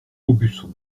aubusson